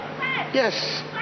Yes